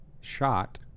shot